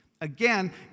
Again